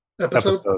episode